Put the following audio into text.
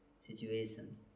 situation